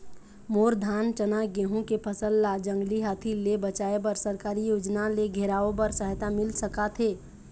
मोर धान चना गेहूं के फसल ला जंगली हाथी ले बचाए बर सरकारी योजना ले घेराओ बर सहायता मिल सका थे?